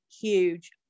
huge